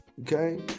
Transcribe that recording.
Okay